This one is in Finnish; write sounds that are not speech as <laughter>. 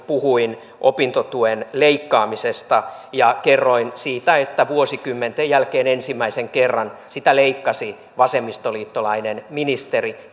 puhuin opintotuen leikkaamisesta ja kerroin siitä että vuosikymmenten jälkeen ensimmäisen kerran sitä leikkasi vasemmistoliittolainen ministeri <unintelligible>